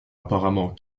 apparemment